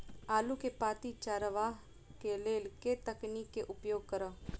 आलु केँ पांति चरावह केँ लेल केँ तकनीक केँ उपयोग करऽ?